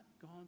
gone